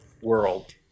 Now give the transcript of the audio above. World